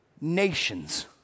nations